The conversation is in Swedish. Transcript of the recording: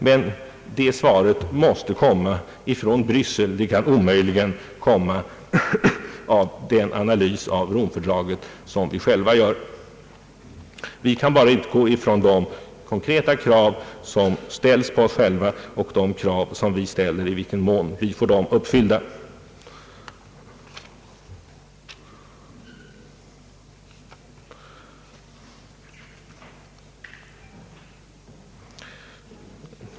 Men det svaret måste komma från Bryssel. Det kan omöjligen komma av den analys av Rom-fördraget som vi själva gör. Vi kan bara utgå från de konkreta krav som ställs på oss själva och från i vilken mån vi får våra krav uppfyllda.